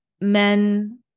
Men